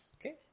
Okay